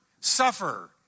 suffer